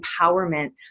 empowerment